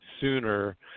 sooner